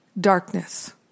Darkness